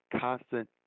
constant